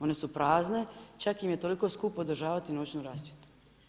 One su prazne, čak im je toliko skupo održavati noćnu rasvjetu.